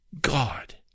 God